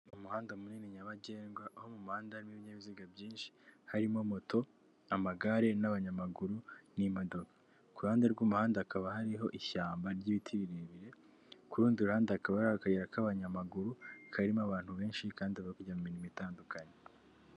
Mu umuhanda munini nyabagendwa aho muhanda n'ibinyabiziga byinshi harimo moto amagare n'abanyamaguru n'imodoka, kuruhande rw'umuhanda hakaba hariho ishyamba ry'ibiti birebire ku rundi ruhandekaba ari akayira k'abanyamaguru karimo abantu benshi kandi bapijya mu mirimo itandukanye.